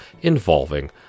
involving